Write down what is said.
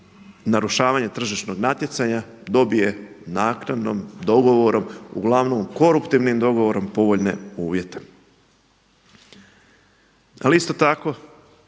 narušavanje tržišnog natjecanja dobije naknadnim dogovorom uglavnom koruptivnim dogovorom povoljne uvjete. Ali isto tako